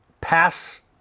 pass